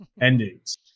endings